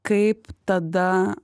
kaip tada